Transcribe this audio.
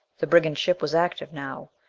the brigand ship was active now.